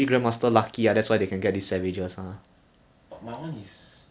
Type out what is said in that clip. roger cannot self build leh I realise I thought I always thought roger can self build eh roger cannot self build